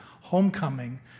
homecoming